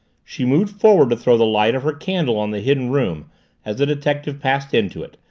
she moved forward to throw the light of her candle on the hidden room as the detective passed into it,